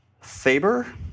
Faber